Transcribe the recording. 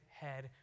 head